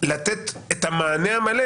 לתת את המענה המלא,